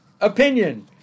opinion